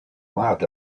laughed